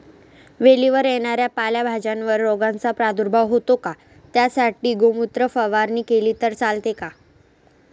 वेलीवर येणाऱ्या पालेभाज्यांवर रोगाचा प्रादुर्भाव होतो का? त्यासाठी गोमूत्र फवारणी केली तर चालते का?